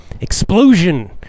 explosion